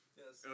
yes